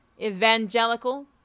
evangelical